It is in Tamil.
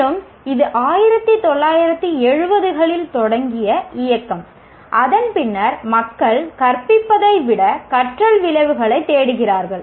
மேலும் இது 1970 களில் தொடங்கிய இயக்கம் அதன் பின்னர் மக்கள் கற்பிப்பதை விட கற்றல் விளைவுகளைத் தேடுகிறார்கள்